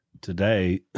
today